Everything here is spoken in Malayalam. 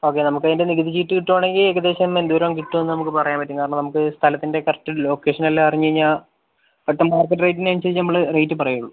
ഓക്കെ നമുക്ക് അതിൻ്റെ നികുതി ചീട്ട് കിട്ടുവാണെങ്കിൽ ഏകദേശം എന്തോരം കിട്ടുമെന്ന് നമുക്ക് പറയാൻ പറ്റും കാരണം നമുക്ക് സ്ഥലത്തിൻ്റെ കറക്റ്റ് ലൊക്കേഷൻ എല്ലാം അറിഞ്ഞ് കഴിഞ്ഞാൽ പെട്ടന്ന് മാർക്കറ്റ് റേറ്റിന് അനുസരിച്ച് നമ്മള് റേറ്റ് പറയൂ